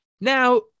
Now